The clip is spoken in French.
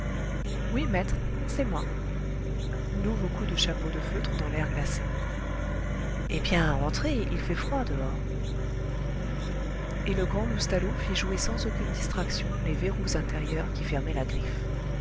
oui maître c'est moi nouveau coup de chapeau de feutre dans l'air glacé eh bien entrez il fait froid dehors et le grand loustalot fit jouer sans aucune distraction les verrous intérieurs qui fermaient la griffe